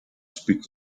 speak